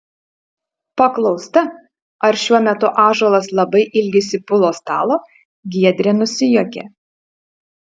paklausta ar šiuo metu ąžuolas labai ilgisi pulo stalo giedrė nusijuokė